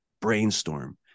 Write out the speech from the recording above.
brainstorm